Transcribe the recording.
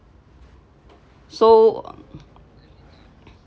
so